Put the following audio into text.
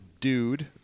dude